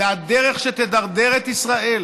זו הדרך שתדרדר את ישראל,